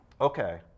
Okay